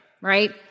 right